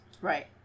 Right